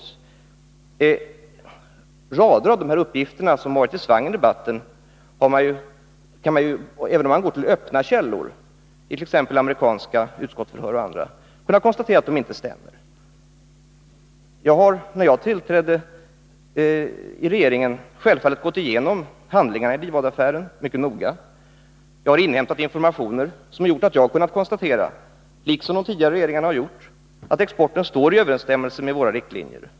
Vad beträffar rader av de uppgifter som varit i svang i debatten kan man — även om man går till öppna källor, t.ex. amerikanska utskottsförhör — konstatera att de inte stämmer. När jag tillträdde i regeringen gick jag självfallet igenom handlingarna i DIVAD-affären mycket noggrant. Jag har inhämtat informationer, som gjort att jag kunnat konstatera — liksom de tidigare regeringarna gjort — att exporten står i överensstämmelse med våra riktlinjer.